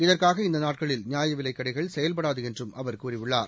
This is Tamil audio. இதற்காக இந்த நாட்களில் நியாயவிலைக் கடைகள் செயல்படாது என்றும் அவர் கூறியுள்ளார்